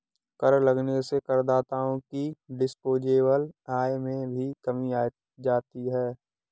कर लगने से करदाताओं की डिस्पोजेबल आय में भी कमी आ जाती है